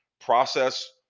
process